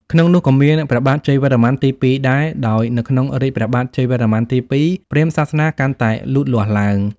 ក្នុងនោះក៏មានព្រះបាទជ័យវរ្ម័នទី២ដែរ ដោយនៅក្នុងរាជ្យព្រះបាទជ័យវរ្ម័នទី២ ព្រាហ្មណ៍សាសនាកាន់តែលូតលាស់ឡើង។